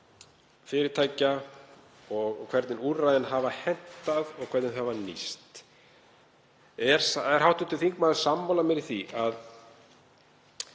fyrirtækja og hvernig úrræðin hafa hentað og hvernig þau hafa nýst. Er hv. þingmaður sammála mér í því að